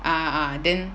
ah ah then